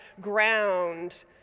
ground